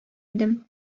идем